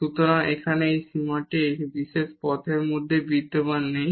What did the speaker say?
সুতরাং এখানে এই সীমাটি এই বিশেষ পথের মধ্যেই বিদ্যমান নেই